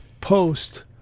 post